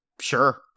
sure